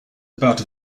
about